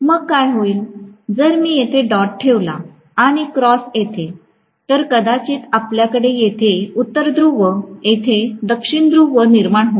मग काय होईल जर मी येथे डॉट ठेवला आणि क्रॉस येथे तर कदाचित आपल्याकडे तिथे उत्तर ध्रुव व इथे दक्षिण ध्रुव निर्माण होईल